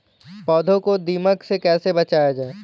पौधों को दीमक से कैसे बचाया जाय?